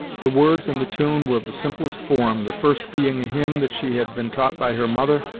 the words and the tune were of the simplest form, the first being a hymn that she had been taught by her mother,